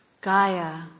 Gaia